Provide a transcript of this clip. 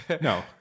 No